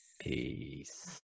Peace